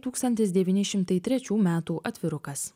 tūkstantis devyni šimtai trečių metų atvirukas